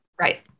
right